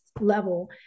level